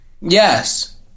Yes